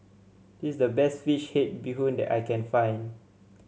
this is the best fish head Bee Hoon that I can find